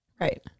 Right